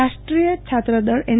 દળ રાષ્ટ્રીય છાત્રદળ એન